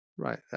Right